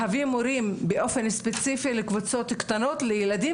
להביא מורים באופן ספציפי לקבוצות קטנות לילדים